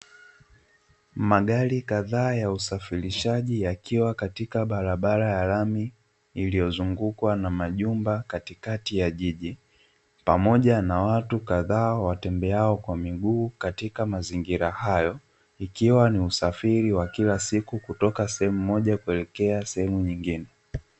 Magari kadhaa ya usafirishaji yakiwa katika barabara ya rami iliyozungukwa na majumba katikati ya jiji, pamoja na watu kadhaa watembeao kwa miguu katika mazingira hayo, ikiwa ni usafiri wa kila siku kutoka sehemu moja kuelekea sehemu nyingine.